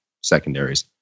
secondaries